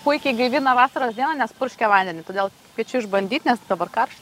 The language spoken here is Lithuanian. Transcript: puikiai gaivina vasaros dieną nes purškia vandenį todėl kviečiu išbandyt nes dabar karšt